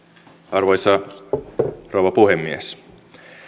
arvoisa rouva puhemies